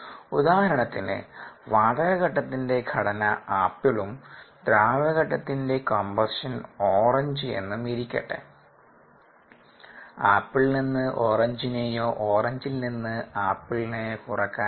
ഉദാഹരണത്തിന് വാതക ഘട്ടത്തിന്റെ ഘടന ആപ്പിളും ദ്രാവക ഘട്ടത്തിൻറെ കോമ്പോസിഷൻ ഓറഞ്ച് എന്നും ഇരിക്കട്ടെ ആപ്പിളിൽ നിന്ന് ഓറഞ്ചിനെയോ ഓറഞ്ചിൽ നിന്നും ആപ്പിളിനെയോ കുറയ്ക്കാനാവില്ല